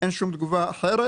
אין שום תגובה אחרת.